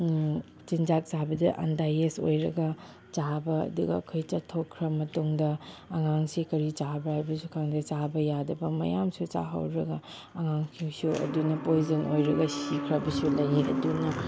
ꯆꯤꯟꯖꯥꯛ ꯆꯥꯕꯗ ꯑꯟꯗꯥꯏꯌꯦꯁ ꯑꯣꯏꯔꯒ ꯆꯥꯕ ꯑꯗꯨꯒ ꯑꯩꯈꯣꯏ ꯆꯠꯊꯣꯛꯈ꯭ꯔ ꯃꯇꯨꯡꯗ ꯑꯉꯥꯡꯁꯦ ꯀꯔꯤ ꯆꯥꯕ꯭ꯔ ꯍꯥꯏꯕꯁꯨ ꯈꯪꯗꯦ ꯆꯥꯕ ꯌꯥꯗꯕ ꯃꯌꯥꯝꯁꯨ ꯆꯥꯍꯧꯔꯒ ꯑꯉꯥꯡꯁꯤꯡꯁꯨ ꯑꯗꯨꯅ ꯄꯣꯏꯖꯟ ꯑꯣꯏꯔꯒ ꯁꯤꯈ꯭ꯔꯕꯁꯨ ꯂꯩꯌꯦ ꯑꯗꯨꯅ